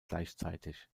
gleichzeitig